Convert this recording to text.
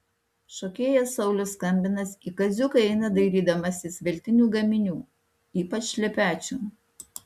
šokėjas saulius skambinas į kaziuką eina dairydamasis veltinių gaminių ypač šlepečių